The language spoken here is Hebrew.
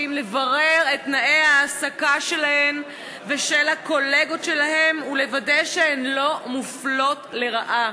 לברר את תנאי ההעסקה שלהן ושל הקולגות שלהן ולוודא שהן לא מופלות לרעה.